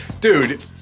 dude